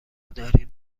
داریم